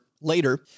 later